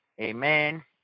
amen